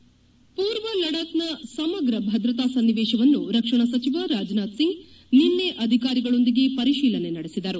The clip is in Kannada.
ಹೆಡ್ ಮೂರ್ವ ಲಡಾಕ್ನ ಸಮಗ್ರ ಭದ್ರತಾ ಸನ್ನಿವೇಶವನ್ನು ರಕ್ಷಣಾ ಸಚಿವ ರಾಜನಾಥ್ ಸಿಂಗ್ ನಿನ್ನೆ ಅಧಿಕಾರಿಗಳೊಂದಿಗೆ ವರಿಶೀಲನೆ ನಡೆಸಿದರು